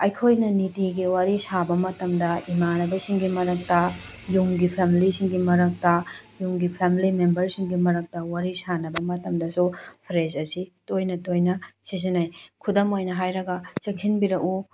ꯑꯩꯈꯣꯏꯅ ꯅꯨꯡꯇꯤꯒꯤ ꯋꯥꯔꯤ ꯁꯥꯕ ꯃꯇꯝꯗ ꯏꯃꯥꯟꯅꯕꯁꯤꯡꯒꯤ ꯃꯔꯛꯇ ꯌꯨꯝꯒꯤ ꯐꯦꯃꯤꯂꯤꯁꯤꯡꯒꯤ ꯃꯔꯛꯇ ꯌꯨꯝꯒꯤ ꯐꯦꯃꯤꯂꯤ ꯃꯦꯝꯕꯔꯁꯤꯡꯒꯤ ꯃꯔꯛꯇ ꯋꯥꯔꯤ ꯁꯥꯟꯅꯕ ꯃꯇꯝꯗꯁꯨ ꯐ꯭ꯔꯦꯖ ꯑꯁꯤ ꯇꯣꯏꯅ ꯇꯣꯏꯅ ꯁꯤꯖꯤꯟꯅꯩ ꯈꯨꯗꯝ ꯑꯣꯏꯅ ꯍꯥꯏꯔꯒ ꯆꯪꯁꯤꯟꯕꯤꯔꯛꯎ